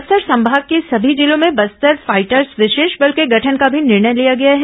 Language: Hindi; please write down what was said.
बस्तर संभाग के सभी जिलों में बस्तर फाइटर्स विशेष बल के गठन का भी निर्णय लिया गया है